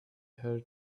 her